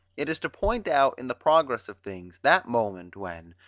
it is to point out, in the progress of things, that moment, when,